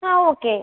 ആ ഓക്കെ